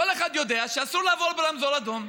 כל אחד יודע שאסור לעבור ברמזור אדום.